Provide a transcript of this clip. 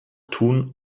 tun